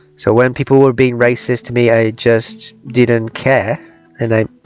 so when people were being racist to me i just didn't care and i